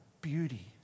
beauty